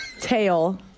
tail